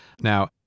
Now